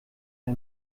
der